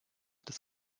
des